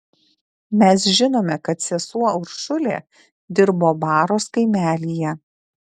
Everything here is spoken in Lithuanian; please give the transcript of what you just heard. mes žinome kad sesuo uršulė dirbo baros kaimelyje